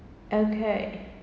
okay